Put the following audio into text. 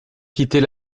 quitter